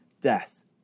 death